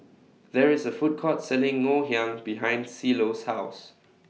There IS A Food Court Selling Ngoh Hiang behind Cielo's House